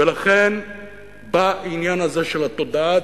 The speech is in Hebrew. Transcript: ולכן בא העניין הזה של התודעה.